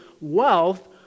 wealth